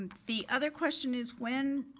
the other question is when,